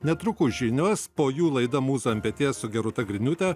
netrukus žinios po jų laida mūza ant peties su gerūta griniūte